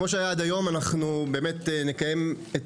היום נקיים את